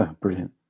Brilliant